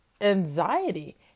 anxiety